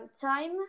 time